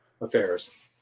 affairs